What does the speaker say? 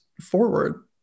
forward